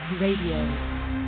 Radio